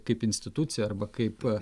kaip institucija arba kaip